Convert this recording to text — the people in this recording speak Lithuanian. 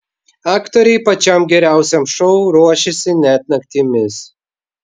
aktoriai pačiam geriausiam šou ruošėsi net naktimis